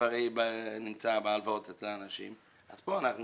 הרי הכסף נמצא בהלוואות אצל אנשים ופה אנחנו